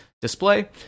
display